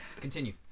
Continue